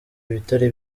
ibitari